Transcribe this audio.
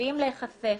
מתחילים להיחשף